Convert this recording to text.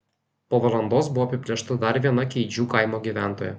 po valandos buvo apiplėšta dar viena keidžių kaimo gyventoja